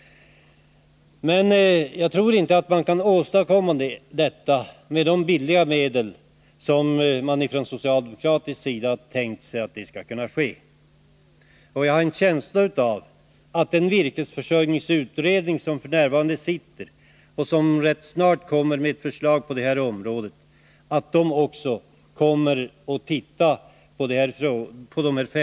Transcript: Men jag tror inte att man kan åstadkomma detta med de billiga medel som man från socialdemokratisk sida har tänkt sig. Och jag har en känsla av att den nu sittande virkesförsörjningsutredningen, som ganska snart skall lägga fram ett förslag på detta område, kommer att behandla 5:3-skogarna.